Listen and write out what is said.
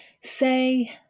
say